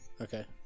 Okay